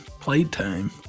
Playtime